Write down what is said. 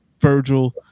Virgil